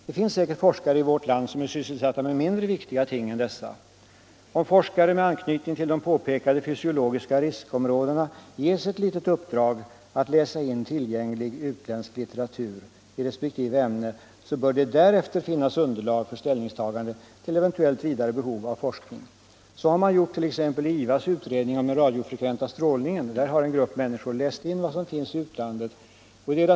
Det finns säkert forskare i vårt land som är sysselsatta med mindre viktiga ting än dessa. Om forskare med anknytning till de påpekade fysiologiska riskområdena ges ett litet uppdrag att läsa in tillgänglig utländsk litteratur i resp. ämne så bör det därefter finnas gott underlag för ställningstagande till eventuellt behov av vidare forskning. Så har man gjort t.ex. i IVA:s utredning om den radiofrekventa strålningen. Där har en grupp läst in vad som finns publicerat i utlandet.